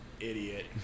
idiot